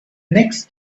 next